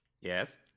Yes